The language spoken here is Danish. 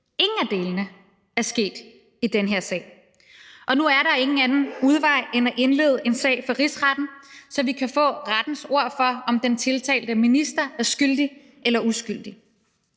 Ingen af delene er sket i den her sag, og nu er der ingen anden udvej end at indlede en sag for Rigsretten, så vi kan få rettens ord for, om den tiltalte minister er skyldig eller uskyldig.